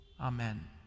Amen